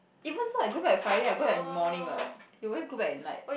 even so I go back Friday I go back in the morning what you always go at night